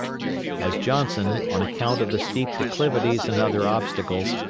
as johnson, on account of the steep declivities and other obstacles,